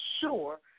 sure